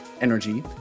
energy